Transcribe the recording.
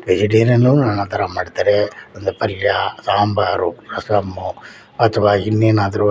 ನಾನಾ ಥರ ಮಾಡ್ತಾರೆ ಒಂದು ಪಲ್ಯ ಸಾಂಬಾರು ರಸಮ್ ಅಥ್ವಾ ಇನ್ನೇನಾದ್ರೂ